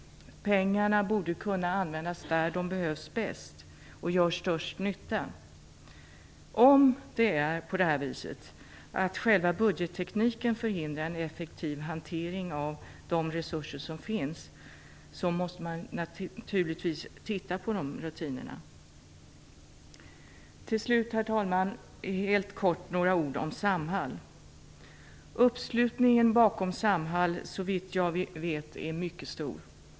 Pengarna borde kunna användas där de behövs bäst och gör störst nytta. Om det är på det viset att själva budgettekniken förhindrar en effektiv hantering av de resurser som finns, bör rutinerna naturligtvis ses över. Herr talman! Till sist några ord om Samhall. Uppslutningen bakom Samhall är såvitt jag vet mycket stor.